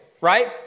right